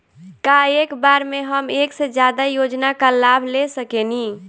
का एक बार में हम एक से ज्यादा योजना का लाभ ले सकेनी?